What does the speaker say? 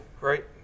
right